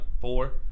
four